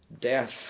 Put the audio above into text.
death